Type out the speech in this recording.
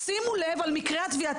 שימו לב למקרי הטביעה,